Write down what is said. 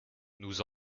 nous